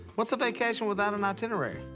what's a vacation without an itinerary?